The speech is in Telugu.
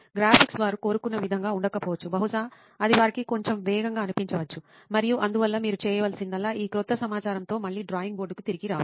గ్రాఫిక్స్ వారు కోరుకున్న విధంగా ఉండకపోవచ్చు బహుశా అది వారికి కొంచెం వేగంగా అనిపించవచ్చు మరియు అందువల్ల మీరు చేయాల్సిందల్లా ఈ క్రొత్త సమాచారంతో మళ్ళీ డ్రాయింగ్ బోర్డుకు తిరిగి రావడం